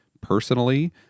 personally